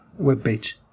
webpage